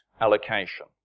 allocation